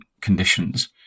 conditions